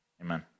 Amen